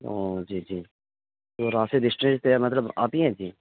او جی جی تو راشد اسٹیشنی سے مطلب آپ ہی ہیں جی